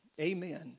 Amen